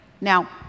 Now